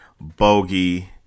Bogey